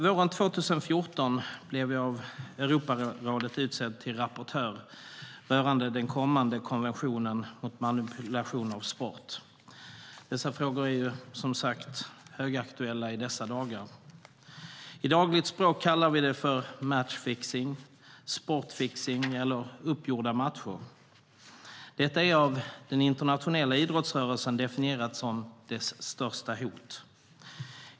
Våren 2014 blev jag av Europarådet utsedd till rapportör rörande den kommande konventionen mot manipulation av sport. De frågorna är högaktuella i dessa dagar. I dagligt tal kallar vi det matchfixning, sportfixning eller uppgjorda matcher. Detta är av den internationella idrottsrörelsen definierat som dess största hot.